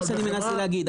זה מה שאני מנסה להגיד.